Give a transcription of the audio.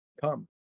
Come